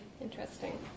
interesting